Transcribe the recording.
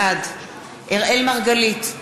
בעד אראל מרגלית,